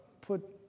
put